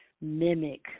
mimic